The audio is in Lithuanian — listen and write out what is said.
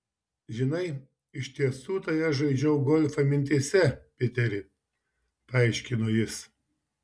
žinai iš tiesų tai aš žaidžiau golfą mintyse piteri paaiškino jis